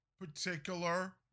particular